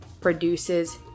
produces